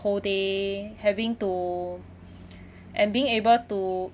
whole day having to and being able to